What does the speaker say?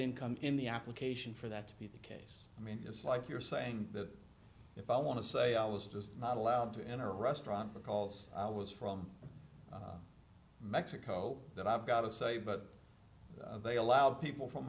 income in the application for that to be the case i mean it's like you're saying that if i want to say i was just not allowed to enter a restaurant recalls i was from mexico that i've got to say but they allowed people from